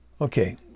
Okay